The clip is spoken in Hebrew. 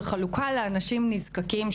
של חלוקה לאנשים נזקקים,